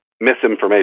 misinformation